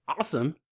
awesome